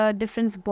difference